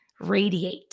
radiate